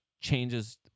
changes